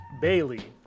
Bailey